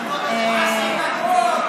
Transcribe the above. תתביישו לכם.